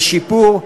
לשיפור,